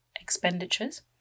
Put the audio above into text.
expenditures